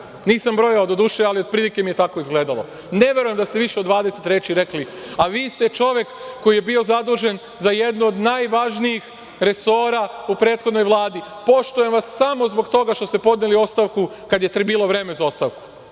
Nisam brojao, doduše, ali otprilike je tako izgledalo. Ne verujem da ste više od 20 reči rekli, a vi ste čovek koji je bio zadužen za jedan od najvažnijih resora u prethodnoj Vladi. Poštujem vas samo zbog toga što ste podneli ostavku kada je bilo vreme za ostavku.